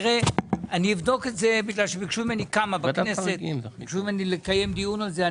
אני אבדוק את זה בגלל שביקשו ממני כמה בכנסת לקיים דיון על זה.